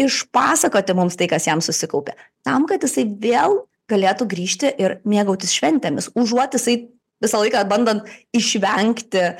išpasakoti mums tai kas jam susikaupė tam kad jisai vėl galėtų grįžti ir mėgautis šventėmis užuot jisai visą laiką bandant išvengti